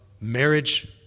marriage